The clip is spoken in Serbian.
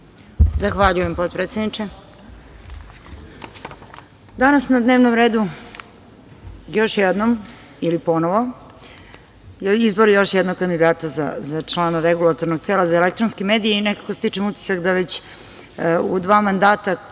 Zahvaljujem, potpredsedniče. Danas na dnevnom redu, još jednom ili ponovo, je izbor još jednog kandidata za člana Regulatornog tela za elektronske medije i nekako stičem utisak da već u dva mandata,